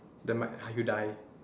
demi~ you die